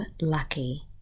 lucky